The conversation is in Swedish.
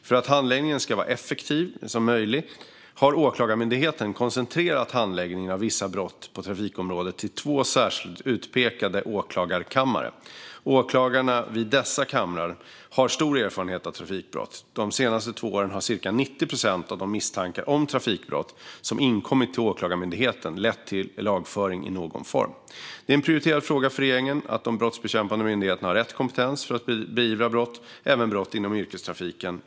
För att handläggningen ska vara så effektiv som möjligt har Åklagarmyndigheten koncentrerat handläggningen av vissa brott på trafikområdet till två särskilt utpekade åklagarkammare. Åklagarna vid dessa kamrar har stor erfarenhet av trafikbrott. De två senaste åren har cirka 90 procent av de misstankar om trafikbrott som inkom till Åklagarmyndigheten lett till lagföring i någon form. Det är en prioriterad fråga för regeringen att de brottsbekämpande myndigheterna har rätt kompetens för att kunna beivra brott, även brott inom yrkestrafiken.